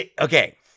Okay